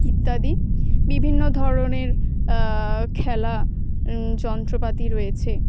ইত্যাদি বিভিন্ন ধরনের খেলা যন্ত্রপাতি রয়েছে